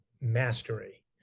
mastery